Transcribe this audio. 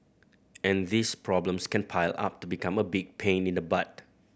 and these problems can pile up to become a big pain in the butt